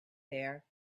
there